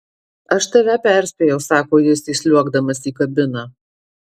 aš tave perspėjau sako jis įsliuogdamas į kabiną